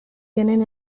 tienen